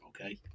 Okay